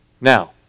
Now